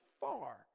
far